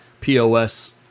POS